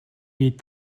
est